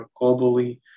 globally